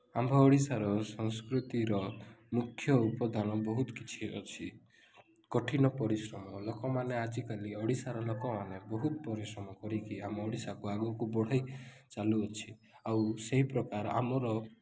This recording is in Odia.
ଆମ୍ଭ ଓଡ଼ିଶାର ସଂସ୍କୃତିର ମୁଖ୍ୟ ଉପଦାନ ବହୁତ କିଛି ଅଛି କଠିନ ପରିଶ୍ରମ ଲୋକମାନେ ଆଜିକାଲି ଓଡ଼ିଶାର ଲୋକମାନେ ବହୁତ ପରିଶ୍ରମ କରିକି ଆମ ଓଡ଼ିଶାକୁ ଆଗକୁ ବଢ଼ାଇ ଚାଲୁଅଛି ଆଉ ସେହି ପ୍ରକାର ଆମର